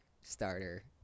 starter